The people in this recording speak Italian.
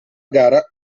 gara